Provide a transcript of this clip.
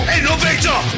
Innovator